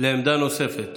לעמדה נוספת.